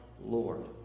Lord